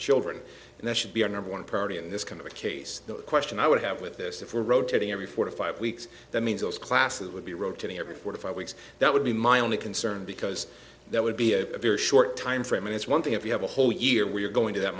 children and that should be our number one priority in this kind of a case the question i would have with this if we're rotating every four to five weeks that means those classes would be rotating every four to five weeks that would be my only concern because that would be a very short timeframe and it's one thing if you have a whole year we're going to that